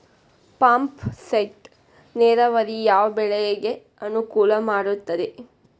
Pump set ನೇರಾವರಿ ಯಾವ್ ಬೆಳೆಗೆ ಅನುಕೂಲ ಮಾಡುತ್ತದೆ?